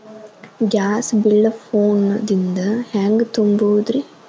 Gas bill phone ದಿಂದ ಹ್ಯಾಂಗ ತುಂಬುವುದು?